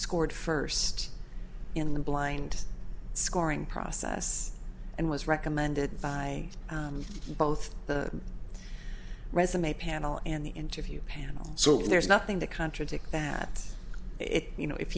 scored first in the blind scoring process and was recommended by both the resume panel and the interview panel so there's nothing to contradict that it you know if